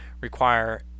require